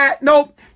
Nope